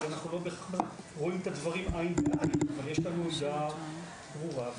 אנחנו לא רואים בהכרח את הדברים עין בעין אבל יש לנו עמדה ברורה.